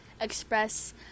express